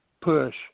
push